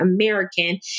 American